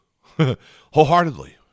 wholeheartedly